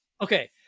Okay